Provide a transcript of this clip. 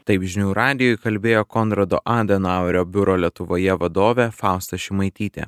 taip žinių radijui kalbėjo konrado adenauerio biuro lietuvoje vadovė fausta šimaitytė